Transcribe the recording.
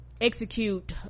execute